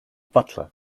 butler